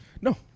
No